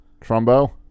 Trumbo